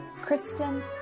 Kristen